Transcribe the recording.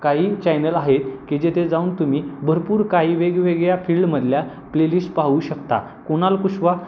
काही चॅनल आहेत की जेथे जाऊन तुम्ही भरपूर काही वेगवेगळ्या फील्डमधल्या प्लेलिस्ट पाहू शकता कुणाल कुशवा